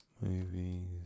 Movies